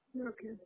Okay